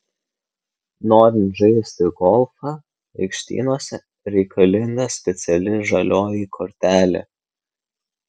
norint žaisti golfą aikštynuose reikalinga speciali žalioji kortelė